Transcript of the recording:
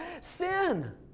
Sin